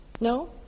No